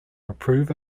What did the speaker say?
approve